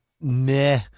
meh